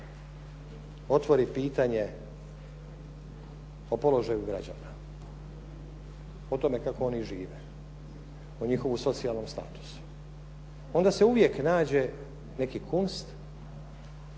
otvori pitanje o položaju građana, o tome kako oni žive, o njihovom socijalnom statusu, onda se uvijek nađe neki Kunst